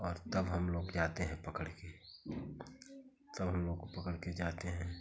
और तब हम लोग जाते हैं पकड़ कर तब हम लोग को पकड़ कर जाते हैं